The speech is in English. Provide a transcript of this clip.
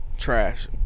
Trash